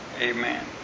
Amen